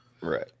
Right